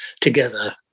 together